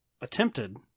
attempted